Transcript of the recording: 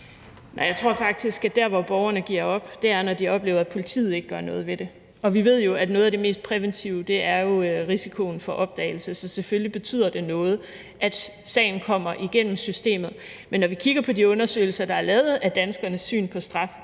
jeg tror faktisk, at der, hvor borgerne giver op, er, når de oplever, at politiet ikke gør noget ved det. Vi ved jo, at noget af det mest præventive er risikoen for opdagelse. Så selvfølgelig betyder det noget, at sagen kommer igennem systemet. Men når vi kigger på de undersøgelser, der er lavet, af danskernes syn på straf,